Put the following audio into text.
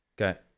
Okay